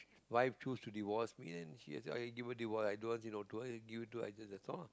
wife chose to divorce me and she divorce divorce i don't want you know i don't want access to it and that's all lah